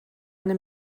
eine